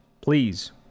please